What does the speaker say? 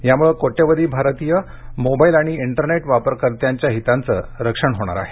यामुळे कोट्यवधी भारतीय मोबाईल आणि इंटरनेट वापरकर्त्यांच्या हितांचं रक्षण होणार आहे